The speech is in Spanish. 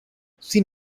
sin